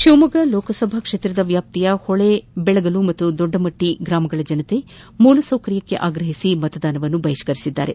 ಶಿವಮೊಗ್ಗ ಲೋಕಸಭಾ ಕ್ಷೇತ್ರದ ವ್ಯಾಪ್ತಿಯ ಹೊಳೆಬೆಳಗಲು ಮತ್ತು ದೊಡ್ಡಮಟ್ಟಿ ಗ್ರಾಮಗಳ ಜನರು ಮೂಲಸೌಕರ್ಯಕ್ಕೆ ಆಗ್ರಹಿಸಿ ಮತದಾನ ಬಹಿಷ್ಕಾರ ಮಾದಿದ್ದಾರೆ